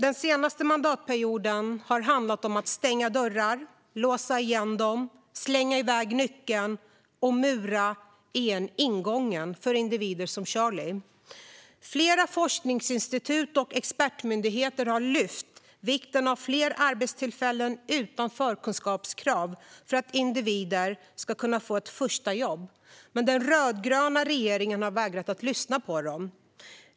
Den senaste mandatperioden har handlat om att stänga dörrar, låsa igen dem, slänga iväg nyckeln och mura igen ingången för individer som Charlie. Flera forskningsinstitut och expertmyndigheter har framhållit vikten av fler arbetstillfällen utan förkunskapskrav för att individer ska kunna få ett första jobb, men den rödgröna regeringen har vägrat att lyssna på dem.